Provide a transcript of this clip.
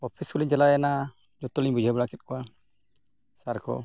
office ᱦᱚᱸ ᱞᱤᱧ ᱪᱟᱞᱟᱣᱮᱱᱟ ᱡᱚᱛᱚᱞᱤᱧ ᱵᱩᱡᱷᱟᱹᱣ ᱵᱟᱲᱟ ᱠᱮᱫ ᱠᱚᱣᱟ ᱥᱟᱨ ᱠᱚ